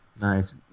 Nice